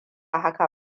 haka